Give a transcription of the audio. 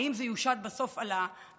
האם זה יושת בסוף על האזרחים?